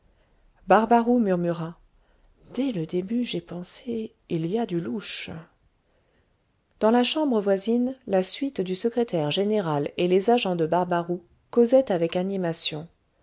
barbaroux murmura dès le début j'ai pensé il y a du louche dans la chambre voisine la suite du secrétaire général et les agents de barbaroux causaient avec animation